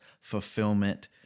fulfillment